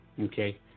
Okay